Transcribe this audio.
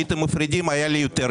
הייתם מפרידים, היה לי יותר קל.